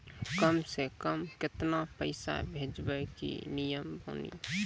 कम से कम केतना पैसा भेजै के नियम बानी?